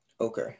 Okay